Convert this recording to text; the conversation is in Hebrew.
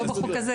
זה לא בחוק הזה.